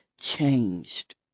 changed